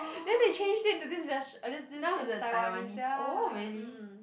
then they changed it to this res~ I mean this Taiwanese ya mm mm